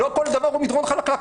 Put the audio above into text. לא כל דבר הוא מדרון חלקלק,